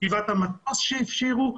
גבעת המטוס שהפשירו.